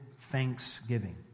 thanksgiving